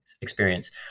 experience